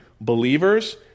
believers